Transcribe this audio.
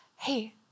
hey